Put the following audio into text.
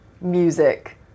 music